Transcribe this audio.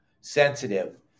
sensitive